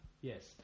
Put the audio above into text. Yes